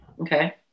Okay